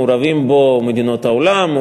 מעורבות בו מדינות העולם,